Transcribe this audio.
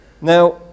Now